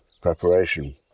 preparation